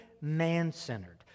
man-centered